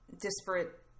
disparate